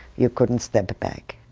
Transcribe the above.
you couldn't step back.